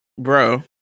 Bro